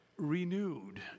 Renewed